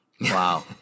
Wow